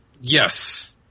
Yes